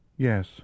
Yes